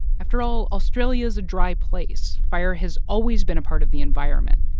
after all, australia's a dry place. fire has always been a part of the environment.